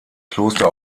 kloster